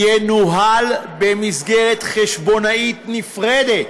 ינוהל במסגרת חשבונאית נפרדת,